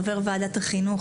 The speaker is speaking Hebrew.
חבר ועדת החינוך,